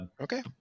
okay